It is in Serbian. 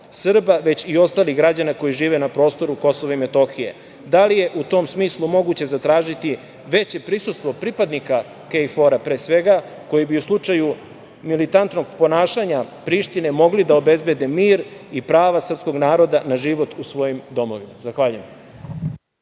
već i ostalih građana koji žive na prostoru Kosova i Metohije? Da li je u tom smislu moguće zatražiti veće prisustvo pripadnika KFOR-a pre svega, koji bi u slučaju militantnog ponašanja Prištine mogli da obezbede mir i prava srpskog naroda na život u svojim domovima? Zahvaljujem.